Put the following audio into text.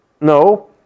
No